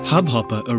Hubhopper